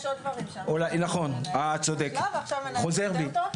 יש עוד דברים שהממשלה כשלה ועכשיו מנהלת יותר טוב,